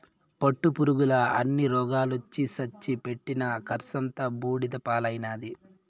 పట్టుపురుగుల అన్ని రోగాలొచ్చి సచ్చి పెట్టిన కర్సంతా బూడిద పాలైనాది